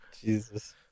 Jesus